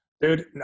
Dude